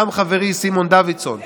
גם חברי סימון דוידסון,